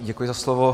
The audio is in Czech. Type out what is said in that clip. Děkuji za slovo.